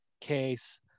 case